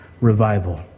revival